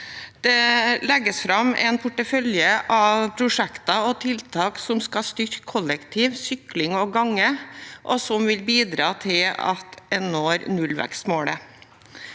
Det legges fram en portefølje av prosjekter og tiltak som skal styrke kollektiv, sykling og gange, og som vil bidra til at en når nullvekstmålet.